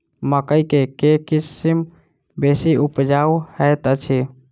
मकई केँ के किसिम बेसी उपजाउ हएत अछि?